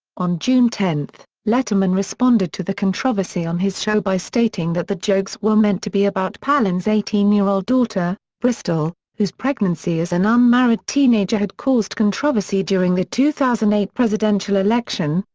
on june ten, letterman responded to the controversy on his show by stating that the jokes were meant to be about palin's eighteen year-old daughter, bristol, whose pregnancy as an unmarried teenager had caused controversy during the two thousand and eight presidential election,